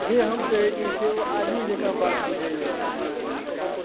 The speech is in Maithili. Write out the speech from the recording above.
जे हम कहैत छियै से ओ आदमी जकाँ बात बुझैए